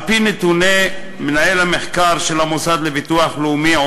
על-פי נתוני מינהל המחקר של המוסד לביטוח לאומי,